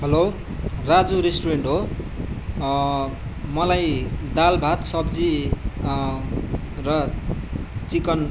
hello Raju restaurant हो मलाई दाल भात सब्जी र चिकन